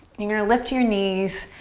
you're gonna lift your knees,